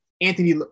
Anthony